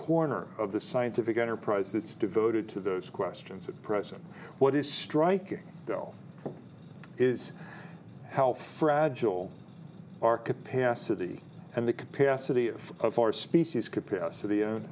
corner of the scientific enterprise that's devoted to those questions at present what is striking though is how fragile our capacity and the capacity of of our species capacity